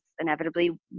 inevitably